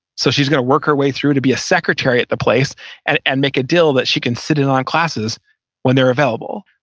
so she's going to work her way through to be a secretary at the place and and make a deal that she can sit in on classes when they're available.